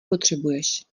potřebuješ